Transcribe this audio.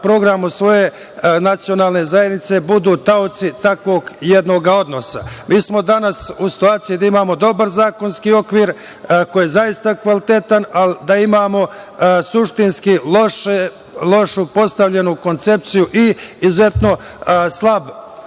programu svoje nacionalne zajednice budu taoci takvog jednog odnosa. Mi smo danas u situaciji da imamo dobar zakonski okvir koji je zaista kvalitetan, ali i da imamo suštinski lošu postavljenu koncepciju i izuzetno slab